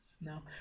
no